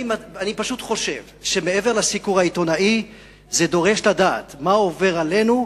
אני פשוט חושב שמעבר לסיקור העיתונאי זה דורש לדעת מה עובר עלינו,